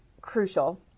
crucial